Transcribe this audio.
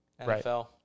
NFL